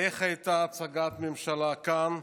איך הייתה הצגת הממשלה כאן,